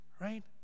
right